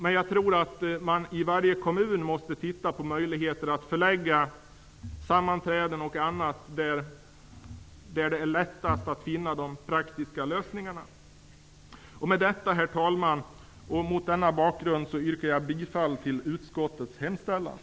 Men jag tror att man i varje kommun måste titta på möjligheter att förlägga sammanträden och annat så att det går lätt att finna de praktiska lösningarna. Herr talman! Mot denna bakgrund yrkar jag bifall till utskottets hemställan.